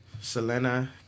Selena